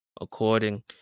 According